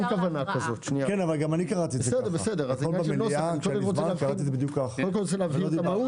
ככל הנראה הייתה בינינו איזו היא אי הבנה מסוימת.